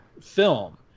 film